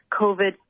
COVID